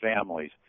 families